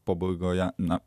pabaigoje na